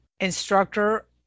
instructor